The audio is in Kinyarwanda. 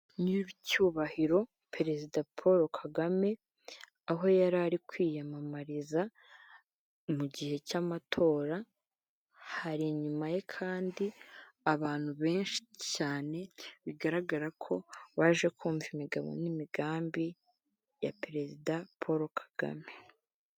Nyir'icyubahiro perezida Paul Kagame aho yarari kwiyamamariza mu gihe cy'amatora, hari inyuma ye kandi abantu benshi cyane bigaragara ko baje kumva imigabo n'imigambi ya perezida Paul Kagame.